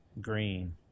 green